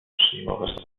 przyjmować